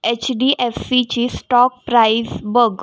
H D F सीची stock price बघ